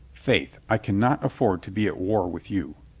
faith, i can not afford to be at war with you.